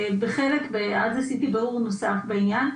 אז עשיתי בירור נוסף בעניין,